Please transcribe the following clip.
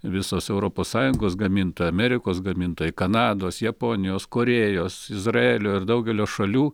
visos europos sąjungos gamintojai amerikos gamintojai kanados japonijos korėjos izraelio ir daugelio šalių